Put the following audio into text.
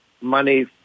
money